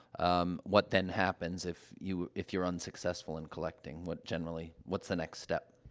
um, what then happens if you if you're unsuccessful in collecting? what, generally what's the next step?